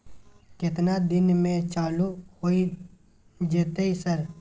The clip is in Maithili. केतना दिन में चालू होय जेतै सर?